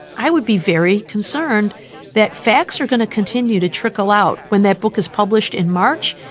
i would be very concerned that facts are going to continue to trickle out when that book is published in march.